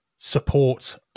support